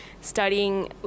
studying